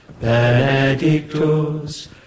benedictus